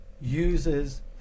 uses